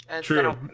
True